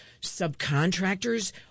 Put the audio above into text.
subcontractors